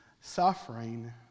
suffering